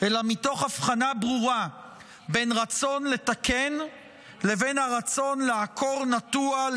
אלא מתוך הבחנה ברורה בין רצון לתקן לבין הרצון לעקור נטוע,